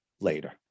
later